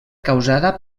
causada